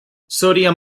sodium